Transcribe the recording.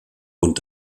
und